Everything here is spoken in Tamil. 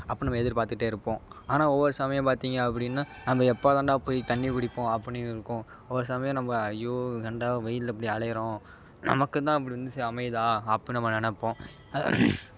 அப்புடின்னு நம்ம எதிர்பார்த்துட்டே இருப்போம் ஆனால் ஒவ்வொரு சமயம் பார்த்தீங்க அப்படின்னா நம்ம எப்போ தாண்டா போய் தண்ணி குடிப்போம் அப்புடின்னு இருக்கும் ஒரு சமயம் நம்ப ஐயோ ஏன்டா வெயிலில் இப்படி அலையிறோம் நமக்குன் தான் இப்படி வந்து சே அமையிதா அப்புடின்னு நம்ம நினைப்போம்